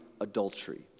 adultery